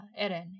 Eren